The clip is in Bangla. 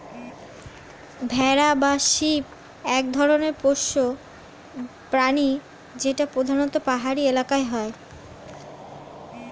ভেড়া বা শিপ এক ধরনের পোষ্য প্রাণী যেটা প্রধানত পাহাড়ি এলাকায় হয়